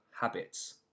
habits